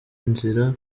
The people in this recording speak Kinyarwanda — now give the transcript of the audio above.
nzira